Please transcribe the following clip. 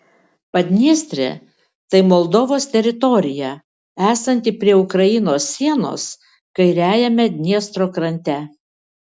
padniestrė tai moldovos teritorija esanti prie ukrainos sienos kairiajame dniestro krante